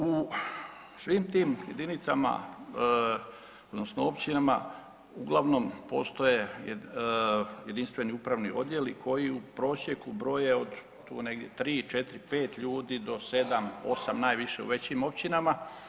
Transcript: U svim tim jedinicama odnosno općinama uglavnom postoje jedinstveni upravni odjeli koji u prosjeku broje od tu negdje tri, četiri, pet ljudi do 7, 8 najviše u većim općinama.